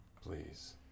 Please